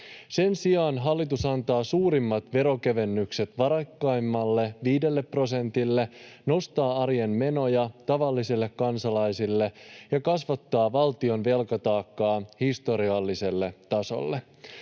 Sen sijaan hallitus antaa suurimmat veronkevennykset varakkaimmalle viidelle prosentille, nostaa arjen menoja tavallisille kansalaisille ja kasvattaa valtion velkataakkaa historialliselle tasolle.